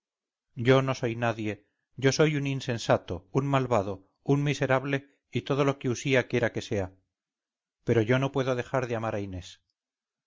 yo no soy nadie yo soy un insensato un malvado un miserable y todo lo que usía quiera que sea pero yo no puedo dejar de amar a inés